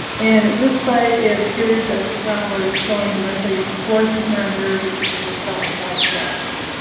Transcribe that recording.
and this site, it appears that the groundwater's going directly towards the huron river, which is to the south southwest.